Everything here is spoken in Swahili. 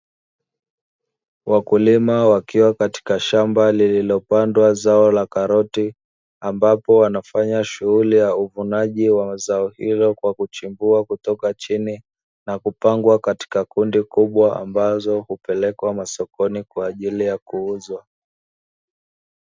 Wakulima wakiwa katika shamba lililopandwa zao la karoti ambapo wanafanya shughuli ya uvunaji wa mazao hilo, kwa kuchimbua kutoka chini na kupangwa katika kundi kubwa ambazo hupelekwa masokoni kwa ajili ya kuuzwa.